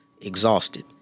exhausted